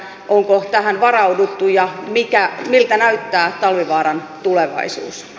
onko tähän varauduttu ja miltä näyttää talvivaaran tulevaisuus